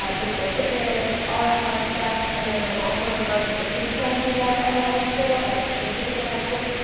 ah physical fitness, all of that fun stuff. and then i'm also in charge of a food pantry there at the high school at in chickasha high school.